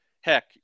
heck